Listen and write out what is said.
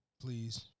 please